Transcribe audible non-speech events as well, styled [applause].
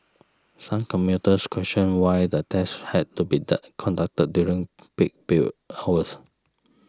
some commuters questioned why the tests had to be [unintelligible] conducted during peak pill hours